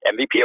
MVP